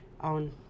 On